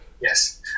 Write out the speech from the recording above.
Yes